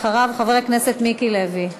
אחריו, חבר הכנסת מיקי לוי.